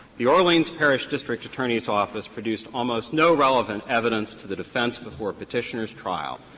the orleans parish district attorney's office produced almost no relevant evidence to the defense before petitioner's trial,